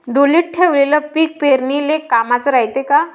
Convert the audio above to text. ढोलीत ठेवलेलं पीक पेरनीले कामाचं रायते का?